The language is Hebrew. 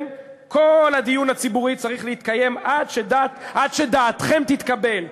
כל הדיון הציבורי צריך להתקיים עד שדעתכם תתקבל.